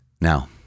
Now